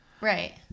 right